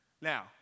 Now